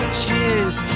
cheers